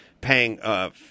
paying